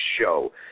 show